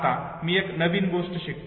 आता मी एक नवीन गोष्ट शिकतो